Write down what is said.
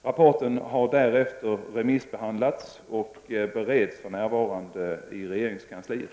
Rapporten har därefter remissbehandlats och bereds för närvarande i regeringskansliet.